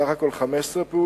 בסך הכול 15 פעולות,